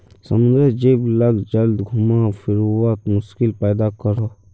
समुद्रेर जीव लाक जाल घुमा फिरवात मुश्किल पैदा करोह